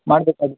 ಮಾಡ್ಬೇಕಾಗುತ್ತೆ